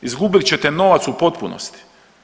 Izgubit ćete novac u potpunosti.